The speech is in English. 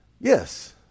Yes